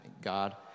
God